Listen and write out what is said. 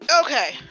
Okay